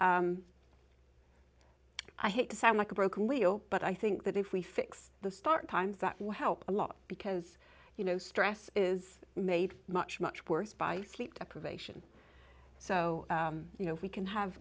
i hate to sound like a broken wheel but i think that if we fix the start times that will help a lot because you know stress is made much much worse by sleep deprivation so you know we can have